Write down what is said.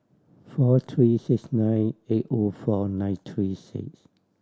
four three six nine eight O four nine three six